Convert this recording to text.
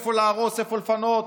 איפה להרוס איפה לפנות,